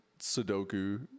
Sudoku